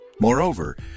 Moreover